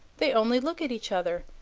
they only look at each other,